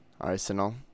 Arsenal